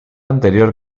anterior